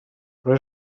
però